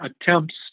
attempts